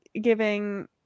giving